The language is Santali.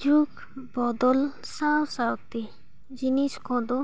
ᱡᱩᱜᱽ ᱵᱚᱫᱚᱞ ᱥᱟᱶᱼᱥᱟᱶᱛᱮ ᱡᱤᱱᱤᱥ ᱠᱚᱫᱚ